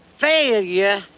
failure